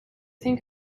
think